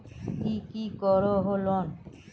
ती की करोहो लोन?